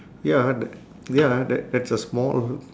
ya the ya tha~ that's a small